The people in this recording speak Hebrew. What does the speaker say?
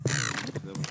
אוקיי.